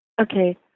Okay